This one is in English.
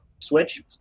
Switch